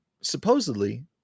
supposedly